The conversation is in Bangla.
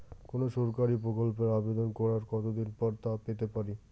কোনো সরকারি প্রকল্পের আবেদন করার কত দিন পর তা পেতে পারি?